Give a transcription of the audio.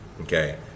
Okay